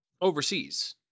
overseas